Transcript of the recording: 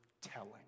telling